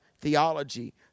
theology